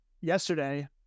yesterday